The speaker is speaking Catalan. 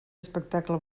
espectacle